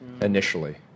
initially